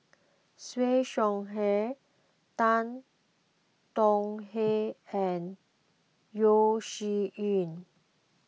Siew Shaw Her Tan Tong Hye and Yeo Shih Yun